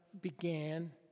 began